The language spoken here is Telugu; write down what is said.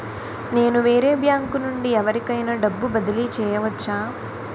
నేను వేరే బ్యాంకు నుండి ఎవరికైనా డబ్బు బదిలీ చేయవచ్చా?